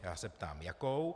Já se ptám jakou.